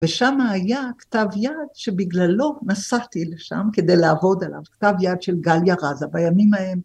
ושם היה כתב יד שבגללו נסעתי לשם כדי לעבוד עליו, כתב יד של גליה ראזה בימים ההם.